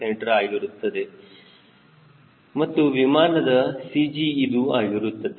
c ಆಗಿರುತ್ತದೆ ಮತ್ತು ವಿಮಾನದ CG ಇದು ಆಗಿರುತ್ತದೆ